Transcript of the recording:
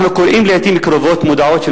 אנחנו קוראים לעתים קרובות מודעות של